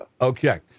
Okay